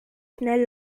schnell